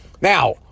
Now